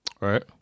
Right